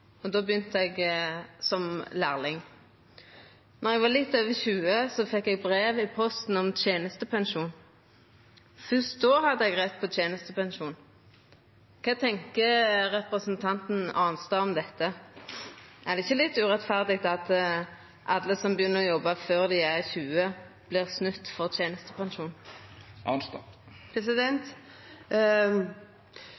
og då begynte eg som lærling. Då eg var litt over 20 år, fekk eg eit brev i posten om tenestepensjon. Fyrst då hadde eg rett på tenestepensjon. Kva tenkjer representanten Arnstad om dette? Er det ikkje litt urettferdig at alle som begynner å jobba før dei er 20 år, vert snytt for tenestepensjon?